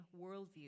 worldview